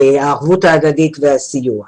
הערבות ההדדית והסיוע.